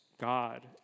God